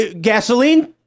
gasoline